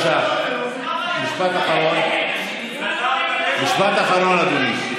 משפט אחרון, אדוני.